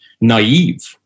naive